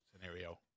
scenario